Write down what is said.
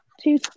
two